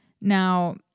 Now